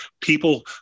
people